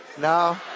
No